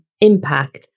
impact